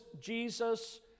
Jesus